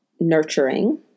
nurturing